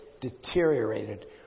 deteriorated